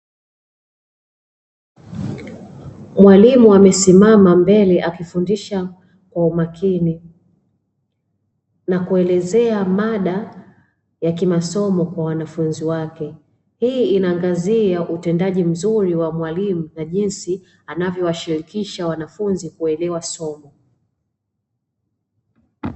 Mwalimu amesimama mbele akifundisha kwa umakini na kuelezea mada ya kimasomo kwa wanafunzi wake. Hii inaangazia utendaji mzuri wa mwalimu na jinsi anavyowashirikisha wanafunzi kuelewa somo.